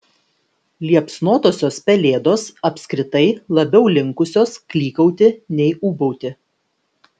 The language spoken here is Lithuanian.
liepsnotosios pelėdos apskritai labiau linkusios klykauti nei ūbauti